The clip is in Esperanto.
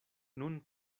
nun